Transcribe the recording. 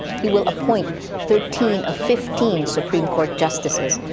he will appoint thirteen of fifteen supreme court justices,